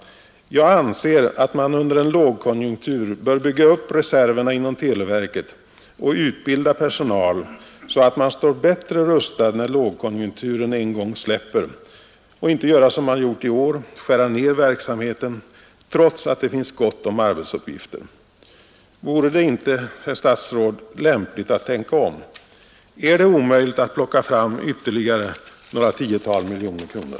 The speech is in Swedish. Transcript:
Jag anser att man under en lågkonjunktur bör bygga upp reserverna inom televerket och utbilda personal, så att man står bättre rustad när lågkonjunkturen en gång släpper, och inte göra som man gjort i år — skära ned verksamheten trots att det finns gott om arbetsuppgifter. Vore det inte, herr statsråd, lämpligt att tänka om? Är det omöjligt att plocka fram ytterligare några tiotal miljoner kronor?